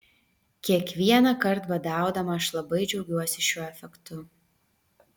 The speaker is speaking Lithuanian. kiekvienąkart badaudama aš labai džiaugiuosi šiuo efektu